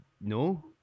No